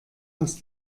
aus